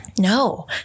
No